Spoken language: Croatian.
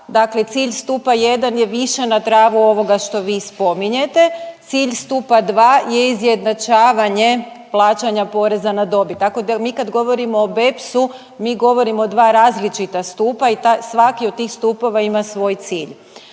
Dakle cilj stupa I je više na tragu ovoga što vi spominjete, cilj stupa II je izjednačavanje plaćanja poreza na dobit, tako da mi kad govorimo o BEPS-u mi govorimo o dva različita stupa i svaki od tih stupova ima svoj cilj.